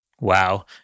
Wow